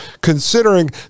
considering